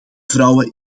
vrouwen